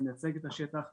אני מייצג את השטח.